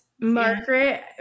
Margaret